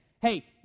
Hey